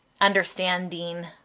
understanding